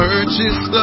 Purchase